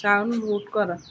sound mute କର